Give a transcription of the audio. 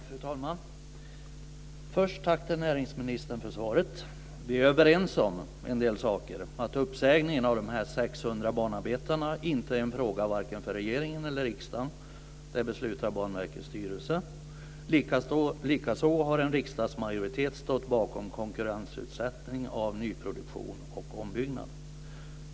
Fru talman! Först vill jag tacka näringsministern för svaret. Vi är överens om en del saker, t.ex. att uppsägningen av de här 600 banarbetarna inte är en fråga för regeringen eller riksdagen. Det beslutar Banverkets styrelse om. Likaså har en riksdagsmajoritet stått bakom konkurrensutsättningen av nyproduktion och ombyggnad.